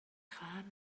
خواهم